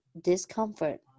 discomfort